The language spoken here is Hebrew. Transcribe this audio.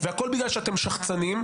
והכול בגלל שאתם שחצנים,